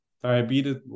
diabetes